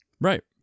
Right